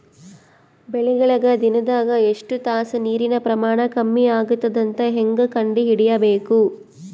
ಬೆಳಿಗಳಿಗೆ ದಿನದಾಗ ಎಷ್ಟು ತಾಸ ನೀರಿನ ಪ್ರಮಾಣ ಕಮ್ಮಿ ಆಗತದ ಅಂತ ಹೇಂಗ ಕಂಡ ಹಿಡಿಯಬೇಕು?